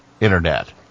internet